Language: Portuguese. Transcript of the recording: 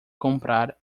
comprar